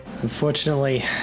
Unfortunately